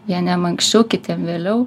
vieniem anksčiau kitiem vėliau